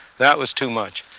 that was too much.